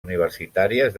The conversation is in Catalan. universitàries